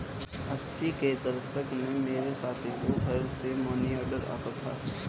अस्सी के दशक में मेरे साथी को घर से मनीऑर्डर आता था